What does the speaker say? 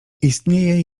istnieje